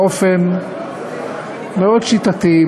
באופן מאוד שיטתי,